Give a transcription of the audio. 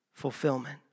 fulfillment